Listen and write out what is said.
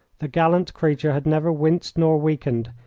the gallant creature had never winced nor weakened,